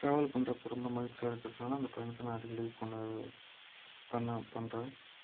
travel பண்ணுறப்போ ரொம்ப மகிழ்ச்சியா இருக்கறதுனால அந்த பயணத்தை நான் அடிக்கடி போன பண்ண பண்ணுறேன்